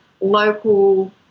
local